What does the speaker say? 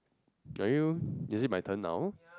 are you is it my turn now